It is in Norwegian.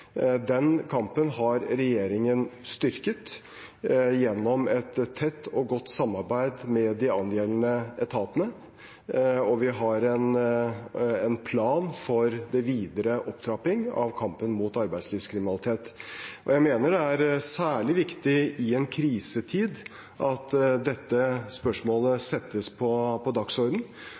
Den kampen har regjeringen styrket gjennom et tett og godt samarbeid med de angjeldende etatene, og vi har en plan for videre opptrapping av kampen mot arbeidslivskriminalitet. Jeg mener det er særlig viktig i en krisetid at dette spørsmålet settes på